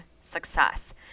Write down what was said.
success